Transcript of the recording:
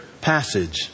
passage